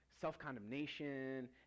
self-condemnation